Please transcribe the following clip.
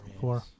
Four